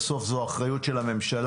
בסוף זו אחריות של הממשלה.